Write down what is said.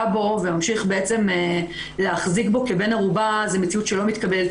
בו וממשיך בעצם להחזיק בו כבן ערובה זו מציאות שלא מתקבלת